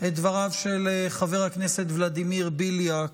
את דבריו של חבר הכנסת ולדימיר בליאק,